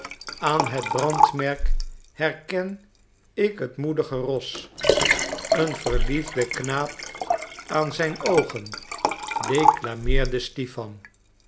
aan het brandmerk herken ik het moedige ros een verliefden knaap aan zijn oogen declameerde